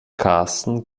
karsten